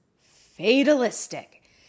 fatalistic